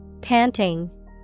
Panting